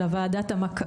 של וועדת המעקב.